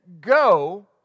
Go